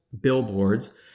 billboards